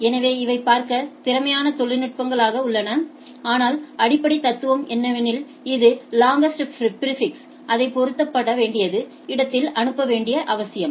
எனவே இவை பார்க்க திறமையான தொழில்நுட்பங்களாக உள்ளன ஆனால் அடிப்படை தத்துவம் என்னவெனில் இது லாங்அஸ்ட் பிாிஃபிக்ஸ் அதை பொருத்தப்பட வேண்டியது இடத்தில் அனுப்ப வேண்டியது அவசியம்